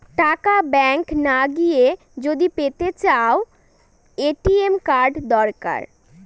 টাকা ব্যাঙ্ক না গিয়ে যদি পেতে চাও, এ.টি.এম কার্ড দরকার